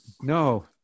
No